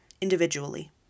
individually